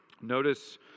Notice